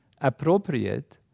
appropriate